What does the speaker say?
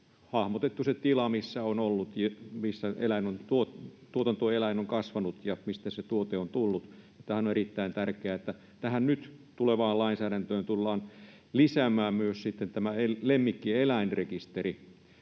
hahmotettu se tila, missä tuotantoeläin on kasvanut ja mistä se tuote on tullut. Tämähän on erittäin tärkeää, että tähän nyt tulevaan lainsäädäntöön tullaan lisäämään sitten myös tämä lemmikkieläinrekisteri.